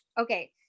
okay